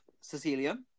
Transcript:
Cecilia